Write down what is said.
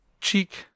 cheek